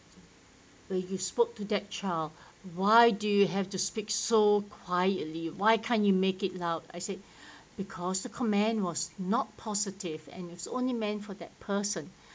uh you spoke to that child why do you have to speak so quietly why can't you make it loud I said because the comment was not positive and it's only meant for that person